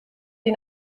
die